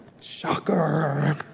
Shocker